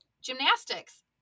gymnastics